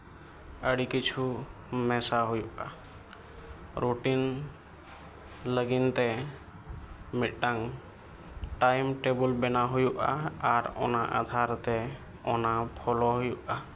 ᱟᱹᱰᱤ ᱠᱤᱪᱷᱩ ᱢᱮᱥᱟ ᱦᱩᱭᱩᱜᱼᱟ ᱨᱩᱴᱤᱱ ᱞᱟᱹᱜᱤᱱ ᱨᱮ ᱢᱤᱫᱴᱟᱝ ᱴᱟᱭᱤᱢ ᱴᱮᱵᱚᱞ ᱵᱮᱱᱟᱣ ᱦᱩᱭᱩᱜᱼᱟ ᱟᱨ ᱚᱱᱟ ᱟᱫᱷᱟᱨᱛᱮ ᱚᱱᱟ ᱯᱷᱳᱞᱳ ᱦᱩᱭᱩᱜᱼᱟ